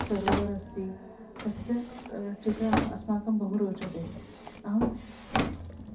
सरोवरः अस्ति तस्य चित्रम् अस्माकं बहु रोचते अहम्